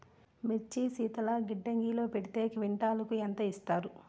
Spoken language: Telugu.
మిర్చి శీతల గిడ్డంగిలో పెడితే క్వింటాలుకు ఎంత ఇస్తారు?